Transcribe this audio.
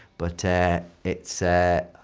but it's, ah